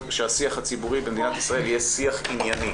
שהשיח הציבורי במדינת ישראל יהיה שיח ענייני.